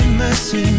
mercy